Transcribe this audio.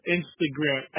Instagram